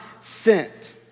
sent